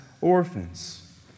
orphans